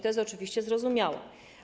To jest oczywiście zrozumiałe.